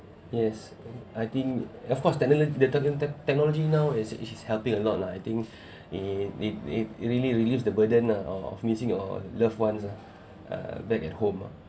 yes I think of course the techn~ the techn~ technology now is it's helping a lot lah I think it it it really relieves the burden ah of missing your loved ones ah uh back at home ah